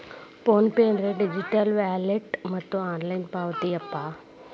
phone pay ಅಂದ್ರ digital wallet ಮತ್ತ online ಪಾವತಿ ಯಾಪ್